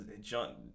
john